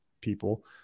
people